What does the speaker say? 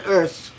earth